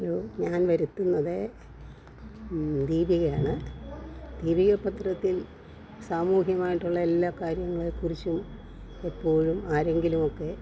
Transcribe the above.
ഒരു ഞാൻ വരുത്തുന്നതേ ദീപികയാണ് ദീപിക പത്രത്തിൽ സാമൂഹികമായിട്ടുള്ള എല്ലാ കാര്യങ്ങളെക്കുറിച്ചും എപ്പോഴും ആരെങ്കിലും ഒക്കെ